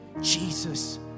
Jesus